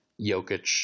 Jokic